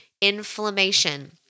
inflammation